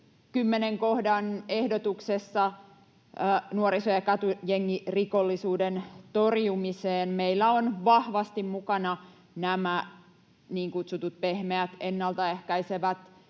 kohdan ehdotuksessa nuoriso‑ ja katujengirikollisuuden torjumiseen vahvasti mukana nämä niin kutsutut pehmeät, ennaltaehkäisevät